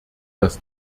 das